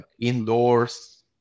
indoors